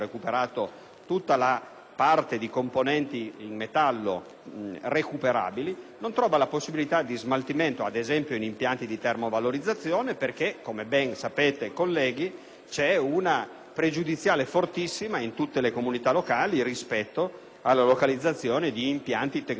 tutti i componenti in metallo recuperabili, ad esempio in impianti di termovalorizzazione perché, come ben sapete colleghi, c'è una pregiudiziale fortissima, in tutte le comunità locali, rispetto alla localizzazione di impianti tecnologici di questo tipo.